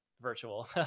virtual